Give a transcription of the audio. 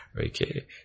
okay